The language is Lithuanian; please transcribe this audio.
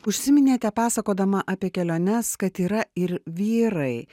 užsiminėte pasakodama apie keliones kad yra ir vyrai